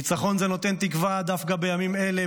ניצחון זה נותן תקווה דווקא בימים אלה,